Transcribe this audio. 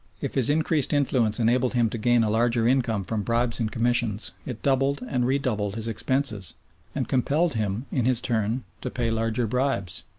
if his increased influence enabled him to gain a larger income from bribes and commissions, it doubled and redoubled his expenses and compelled him, in his turn, to pay larger bribes.